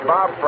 Bob